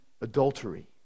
adultery